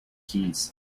keys